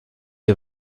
est